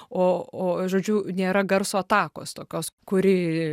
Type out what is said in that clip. o o žodžiu nėra garso atakos tokios kuri